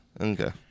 Okay